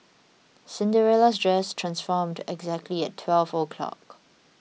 Cinderella's dress transformed exactly at twelve o'clock